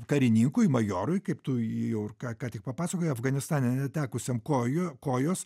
karininkui majorui kaip tu jau ir ką ką tik papasakojai afganistane netekusiam kojų kojos